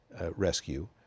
rescue